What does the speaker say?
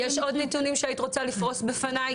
יש עוד נתונים שהיית רוצה לפרוס בפניי?